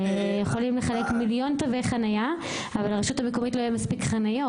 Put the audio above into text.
יכולים לחלק מיליון תווי חניה אבל לרשות המקומית לא יהיה מספיק חניות.